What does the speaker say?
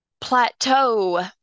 plateau